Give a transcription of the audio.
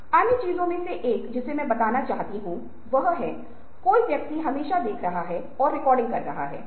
और समस्या को हल करने में एक मानसिक प्रक्रिया है